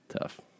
tough